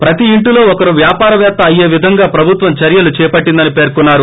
ప్రతి ఇంటిలో ఒకరు వ్యాపారపేత్త అయ్యే విధంగా ప్రబుత్వం చర్యలు చేపట్టిందని పెర్కున్నారు